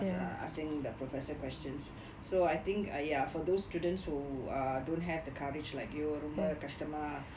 are asking the professor questions so I think I ya for those students who err don't have the courage like you ரொம்ப கஷ்டமா:romba kashtamaa